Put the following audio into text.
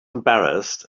embarrassed